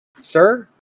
Sir